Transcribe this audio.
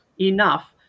enough